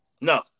No